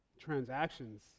transactions